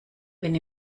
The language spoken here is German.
wenn